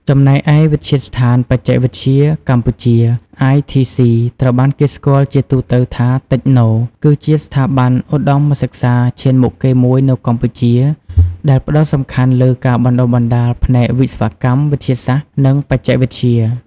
ចំណែកឯ វិទ្យាស្ថានបច្ចេកវិទ្យាកម្ពុជា ITC ត្រូវបានគេស្គាល់ជាទូទៅថា តិចណូ គឺជាស្ថាប័នឧត្តមសិក្សាឈានមុខគេមួយនៅកម្ពុជា ដែលផ្តោតសំខាន់លើការបណ្តុះបណ្តាលផ្នែកវិស្វកម្ម វិទ្យាសាស្ត្រ និងបច្ចេកវិទ្យា។